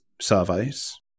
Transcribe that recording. surveys